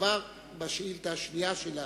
היא כבר בשאילתא השנייה שלה,